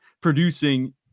producing